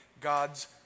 God's